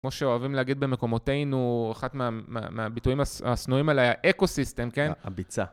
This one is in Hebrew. כמו שאוהבים להגיד במקומותינו, אחת מהביטויים השנואים עליה היא אקו-סיסטם, כן? הביצה.